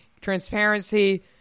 transparency